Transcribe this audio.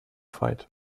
fight